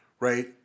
Right